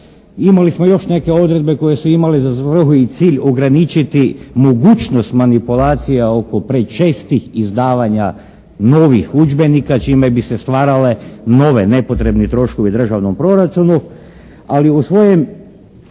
Imali smo još neke odredbe koje su imale za svrhu i cilj ograničiti mogućnost manipulacija oko prečestih izdavanja novih udžbenika čime bi se stvarali novi nepotrebni troškovi u državnom proračunu. Ali u svojem